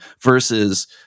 versus